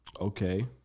Okay